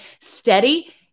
steady